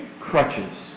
Crutches